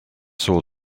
saw